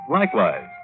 likewise